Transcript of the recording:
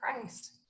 Christ